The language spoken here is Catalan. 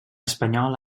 espanyol